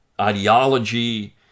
ideology